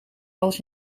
als